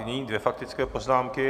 Nyní dvě faktické poznámky.